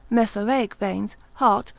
mesaraic veins, heart,